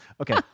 Okay